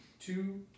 two